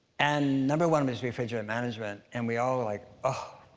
and number one was refrigerant management, and we all were like, oh,